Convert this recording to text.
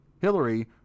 Hillary